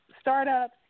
startups